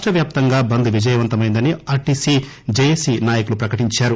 రాష్టవ్యాప్తంగా బంద్ విజయవంతమైందని RTC JAC నాయకులు ప్రకటించారు